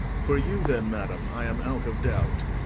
for you, then, madam, i am out of doubt.